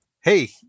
Hey